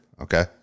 okay